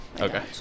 Okay